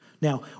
Now